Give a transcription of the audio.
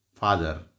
Father